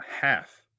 half